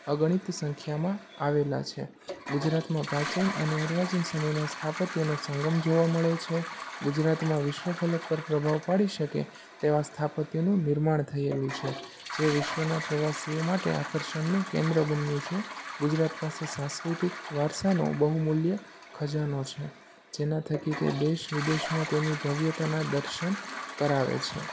અગણિત સંખ્યામાં આવેલાં છે ગુજરાતમાં પ્રાચીન અને અર્વાચીન સમયનાં સ્થાપત્યનો સંગમ જોવા મળે છે ગુજરાતમાં વિશ્વ ફલક પર પ્રભાવ પાડી શકે તેવાં સ્થાપત્યનું નિર્માણ થયેલું છે જે વિશ્વના પ્રવાસીઓ માટે આકર્ષણનું કેન્દ્ર બન્યું છે ગુજરાત પાસે સાંસ્કૃતિક વારસાનો બહુમૂલ્ય ખજાનો છે જેનાં થકી તે દેશ વિદેશમાં તેની ભવ્યતાનાં દર્શન કરાવે છે